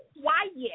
quiet